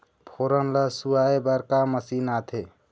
फोरन ला लुआय बर का मशीन आथे?